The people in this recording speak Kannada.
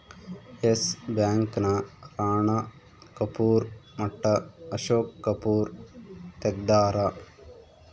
ಎಸ್ ಬ್ಯಾಂಕ್ ನ ರಾಣ ಕಪೂರ್ ಮಟ್ಟ ಅಶೋಕ್ ಕಪೂರ್ ತೆಗ್ದಾರ